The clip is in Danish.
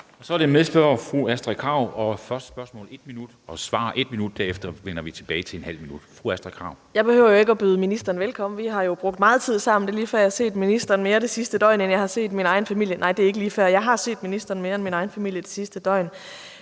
Så er det medspørger fru Astrid Krag. Til første spørgsmål er der 1 minut, til svaret også 1 minut, derefter vender vi tilbage til ½ minut. Fru Astrid Krag. Kl. 17:42 Astrid Krag (S): Jeg behøver jo ikke at byde ministeren velkommen. Vi har brugt meget tid sammen. Det er lige før, jeg har set ministeren mere i de sidste døgn, end jeg har set min egen familie – nej, det er ikke lige før: Jeg har set ministeren mere end min egen familie i det sidste døgn.